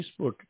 Facebook